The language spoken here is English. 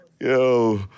Yo